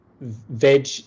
veg